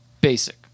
basic